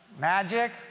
magic